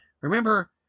Remember